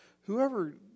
whoever